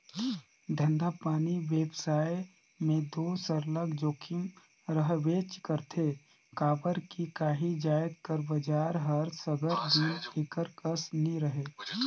धंधापानी बेवसाय में दो सरलग जोखिम रहबेच करथे काबर कि काही जाएत कर बजार हर सगर दिन एके कस नी रहें